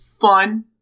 fun